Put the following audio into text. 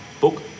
book